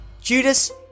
Judas